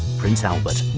prince albert.